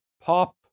pop